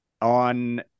On